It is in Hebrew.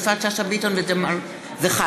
יפעת שאשא ביטון וג'מאל זחאלקה